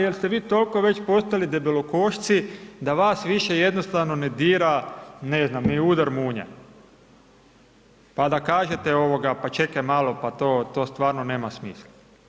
Jel' ste vi toliko već postali debelokošci da vas više jednostavno ne dira, ne znam, ni udar munje pa da kažete pa čekaj malo, pa to stvarno nema smisla.